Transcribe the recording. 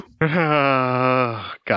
God